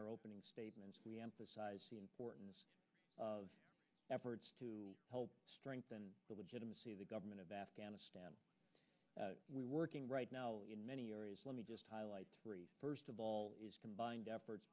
our opening statements we emphasized the importance of efforts to help strengthen the legitimacy of the government of afghanistan we're working right now in many areas let me just highlight three first of all combined efforts